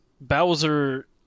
bowser